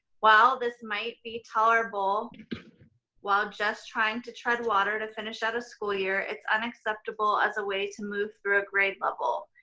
while this might be tolerable while just trying to tread water to finish out a school year, it's unacceptable as a way to move through a grade level.